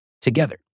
together